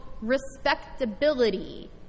respectability